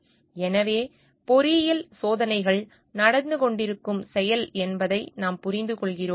எனவே பொறியியல் சோதனைகள் நடந்துகொண்டிருக்கும் செயல் என்பதை நாம் புரிந்துகொள்கிறோம்